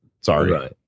Sorry